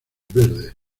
verdes